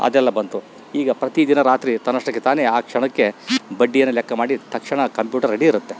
ಅದೆಲ್ಲ ಬಂತು ಈಗ ಪ್ರತಿದಿನ ರಾತ್ರಿ ತನ್ನಷ್ಟಕ್ಕೆ ತಾನೆ ಆ ಕ್ಷಣಕ್ಕೆ ಬಡ್ಡಿಯನ್ನು ಲೆಕ್ಕಮಾಡಿ ತಕ್ಷಣ ಕಂಪ್ಯೂಟರ್ ರೆಡಿ ಇರುತ್ತೆ